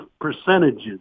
percentages